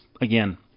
again